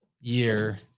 year